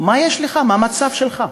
מה יש לך, מה המצב שלך.